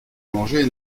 manger